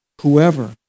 Whoever